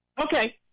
Okay